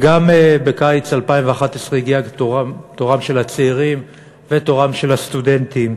בקיץ 2011 הגיע תורם של הצעירים ותורם של הסטודנטים,